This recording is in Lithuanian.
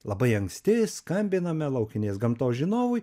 labai anksti skambiname laukinės gamtos žinovui